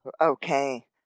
Okay